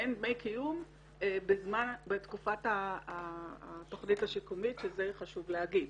מעין דמי קיום בתקופת התכנית השיקומית שזה חשוב להגיד.